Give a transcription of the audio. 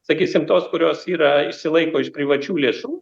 sakysim tos kurios yra išsilaiko iš privačių lėšų